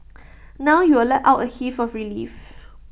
now you will let out A heave of relief